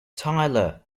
tyler